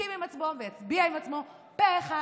יסכים עם עצמו ויצביע עם עצמו פה אחד.